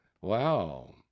Wow